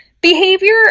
Behavior